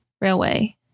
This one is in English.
railway